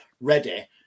ready